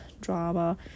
drama